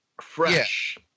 fresh